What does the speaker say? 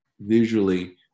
visually